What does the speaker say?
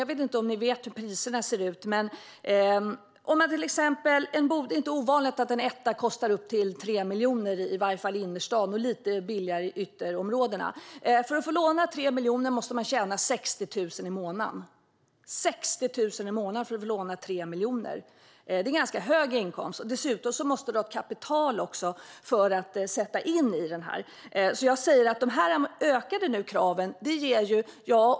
Jag vet inte om ni vet hur priserna ser ut, men det är inte ovanligt att en etta kostar upp till 3 miljoner, i alla fall i innerstan, och lite mindre i ytterområdena. För att få låna 3 miljoner måste man tjäna 60 000 i månaden! Det är en ganska hög inkomst. Dessutom måste man ha kapital att sätta in.